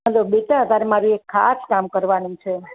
hello બેટા તારે મારું એક ખાસ કામ કરવાનું છે